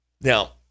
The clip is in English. Now